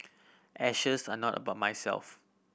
ashes are not about myself